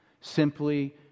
Simply